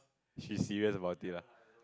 she's serious about it lah